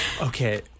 Okay